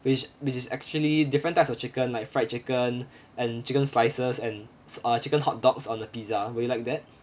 which which is actually different types of chicken like fried chicken and chicken slices and s~ uh chicken hot dogs on a pizza would you like that